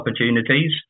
opportunities